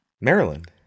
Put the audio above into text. Maryland